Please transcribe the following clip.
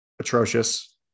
atrocious